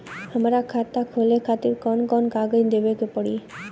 हमार खाता खोले खातिर कौन कौन कागज देवे के पड़ी?